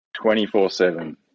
24-7